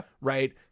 Right